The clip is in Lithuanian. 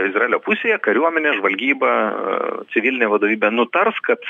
izraelio pusėje kariuomenės žvalgyba a civilinė vadovybė nutars kad